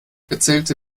erzählte